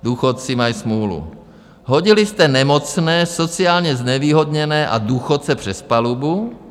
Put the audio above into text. Důchodci mají smůlu, hodili jste nemocné, sociálně znevýhodněné a důchodce přes palubu.